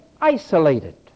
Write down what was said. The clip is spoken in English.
isolated